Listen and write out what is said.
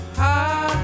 high